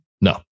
No